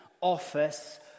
office